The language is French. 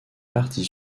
partie